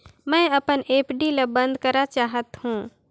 मैं अपन एफ.डी ल बंद करा चाहत हों